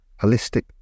holistic